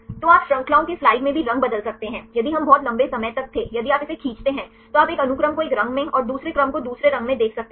तो आप श्रृंखलाओं के स्लाइड में भी रंग बदल सकते हैं यदि हम बहुत लंबे समय तक थे यदि आप इसे खींचते हैं तो आप एक अनुक्रम को एक रंग में और दूसरे क्रम को दूसरे रंग में देख सकते हैं